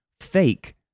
fake